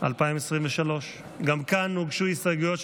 גם כאן הוגשו הסתייגויות.